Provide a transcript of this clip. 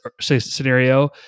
scenario